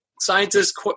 scientists